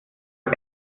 das